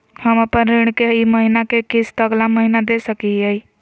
हम अपन ऋण के ई महीना के किस्त अगला महीना दे सकी हियई?